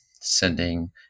sending